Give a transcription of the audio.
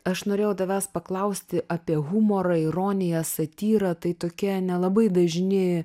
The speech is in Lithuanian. aš norėjau tavęs paklausti apie humorą ironiją satyrą tai tokie nelabai dažni